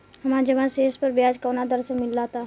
हमार जमा शेष पर ब्याज कवना दर से मिल ता?